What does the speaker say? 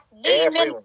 demon